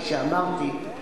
כפי שאמרתי,